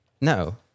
No